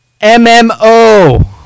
MMO